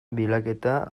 bilaketa